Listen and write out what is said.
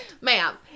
Ma'am